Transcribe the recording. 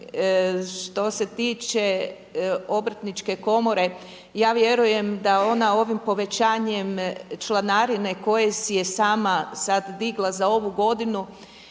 što se tiče Obrtničke komore ja vjerujem da ona ovim povećanjem članarine koje si je sama sada digla za ovu godinu